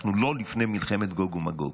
אנחנו לא לפני מלחמת גוג ומגוג.